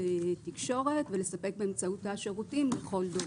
תקשורת ולספק באמצעותה שירותים לכל דורש.